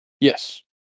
yes